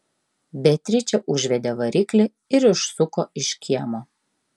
beatričė užvedė variklį ir išsuko iš kiemo